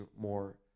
more